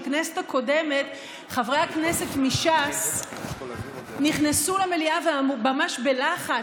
בכנסת הקודמת חברי הכנסת מש"ס נכנסו למליאה ממש בלחץ,